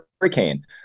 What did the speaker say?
hurricane